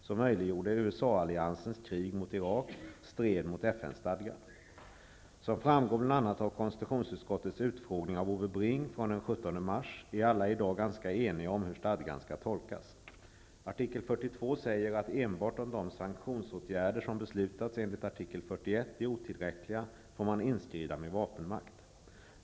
Som framgår bl.a. av konstitutionsutskottets utfrågning av Ove Bring den 17 mars är alla i dag ganska eniga om hur stadgan skall tolkas. Artikel 42 säger att enbart om de sanktionsåtgärder som beslutats enligt artikel 41 är otillräckliga får man inskrida med vapenmakt.